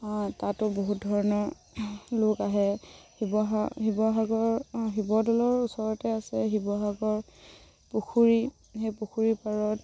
অঁ তাতো বহুত ধৰণৰ লোক আহে শিৱসা শিৱসাগৰ শিৱদৌলৰ ওচৰতে আছে শিৱসাগৰ পুখুৰী সেই পুখুৰীৰ পাৰত